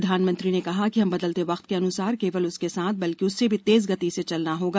प्रधानमंत्री ने कहा है कि हमें बदलते वक्त के अनुसार केवल उसके साथ बल्कि उससे भी तेज गति से चलना होगा